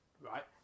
Right